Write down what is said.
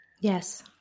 Yes